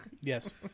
Yes